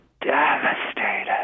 devastated